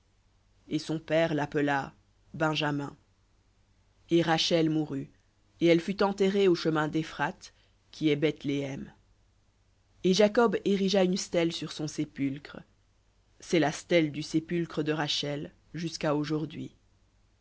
et son père l'appela benjamin et rachel mourut et elle fut enterrée au chemin d'éphrath qui est bethléhem et jacob érigea une stèle sur son sépulcre c'est la stèle du sépulcre de rachel jusqu'à aujourd'hui